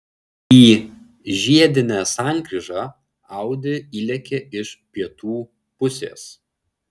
į žiedinę sankryžą audi įlėkė iš pietų pusės